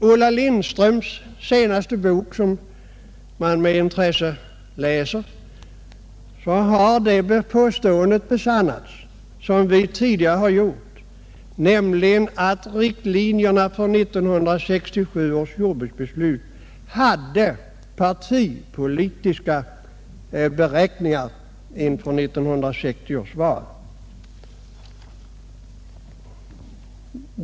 Ulla Lindströms senaste bok, som man läser med intresse, har bestyrkt vårt påstående att riktlinjerna för det jordbruksbeslut som kom att fattas 1967 hade partipolitiska beräkningar inför 1960 års val som bakgrund.